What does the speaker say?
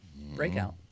breakout